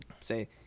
say